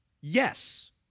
Yes